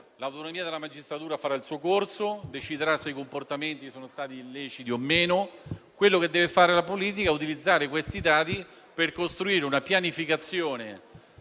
L'autonomia della magistratura farà il suo corso e deciderà se i comportamenti sono stati o meno illeciti. Quello che deve fare la politica è utilizzare questi dati per costruire una pianificazione